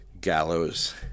Gallows